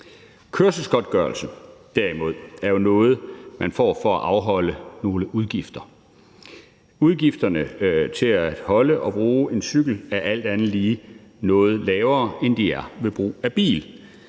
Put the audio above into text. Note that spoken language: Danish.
Kørselsgodtgørelse derimod er jo noget, man får for at afholde nogle udgifter. Udgifterne til at holde og bruge en cykel er alt andet lige noget lavere, end de er ved brug af bil.